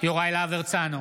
יוראי להב הרצנו,